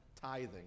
tithing